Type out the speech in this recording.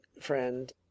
friend